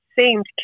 seemed